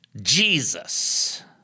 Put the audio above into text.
Jesus